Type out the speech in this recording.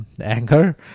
anger